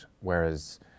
whereas